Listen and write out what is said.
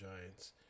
Giants